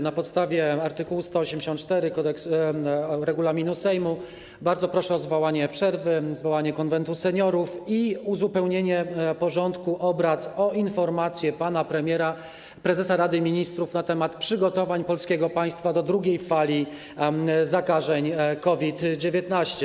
Na podstawie art. 184 regulaminu Sejmu bardzo proszę o zwołanie przerwy, zwołanie Konwentu Seniorów i uzupełnienie porządku obrad o informację pana premiera, prezesa Rady Ministrów na temat przygotowań polskiego państwa do drugiej fali zakażeń COVID-19.